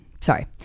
Sorry